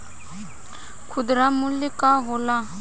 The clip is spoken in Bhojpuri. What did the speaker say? खुदरा मूल्य का होला?